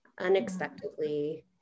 unexpectedly